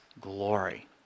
glory